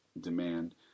demand